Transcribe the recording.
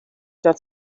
that